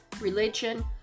religion